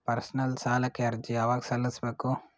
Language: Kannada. ಪರ್ಸನಲ್ ಸಾಲಕ್ಕೆ ಅರ್ಜಿ ಯವಾಗ ಸಲ್ಲಿಸಬೇಕು?